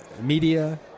media